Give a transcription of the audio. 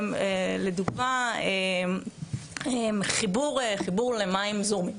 לדוגמה, חיבור למים זורמים.